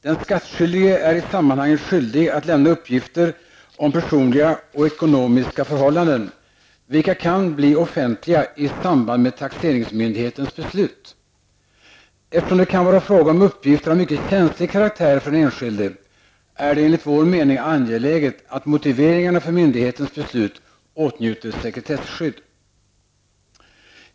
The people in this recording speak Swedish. Den skattskyldige är i sammanhanget skyldig att lämna uppgifter om personliga och ekonomiska förhållanden, vilka kan bli offenliga i samband med taxeringsmyndighetens beslut. Eftersom det kan vara fråga om uppgifter av mycket känslig karaktär för den enskilde, är det enligt vår mening angeläget att motiveringarna för myndighetens beslut åtnjuter sekretsskydd.